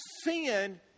sin